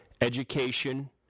education